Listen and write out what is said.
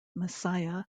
messiah